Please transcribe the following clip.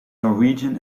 norwegian